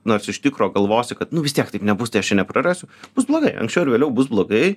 nors iš tikro galvosi kad nu vis tiek taip nebus tai aš čia neprarasiu bus blogai anksčiau ar vėliau bus blogai